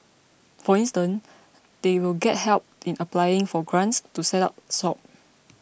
for instance they will get help in applying for grants to set up shop